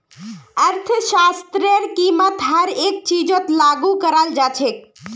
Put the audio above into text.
अर्थशास्त्रतेर कीमत हर एक चीजत लागू कराल जा छेक